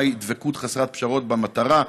מהי דבקות חסרת פשרות במטרה,